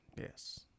Yes